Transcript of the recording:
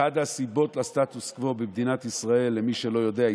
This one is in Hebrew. אחת הסיבות לסטטוס קוו במדינת ישראל,